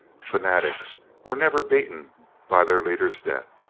fanatics were never beaten by their leaders' death.